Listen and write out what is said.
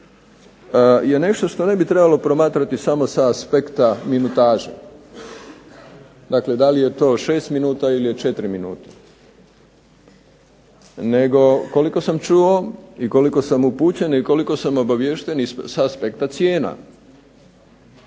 je nešto što ne bi trebalo promatrati samo sa aspekta minutaže, dakle da li je to 6 minuta ili je 4 minute nego koliko sam čuo i koliko sam upućen i koliko sam obaviješten i sa aspekta cijena.